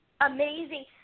amazing